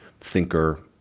thinker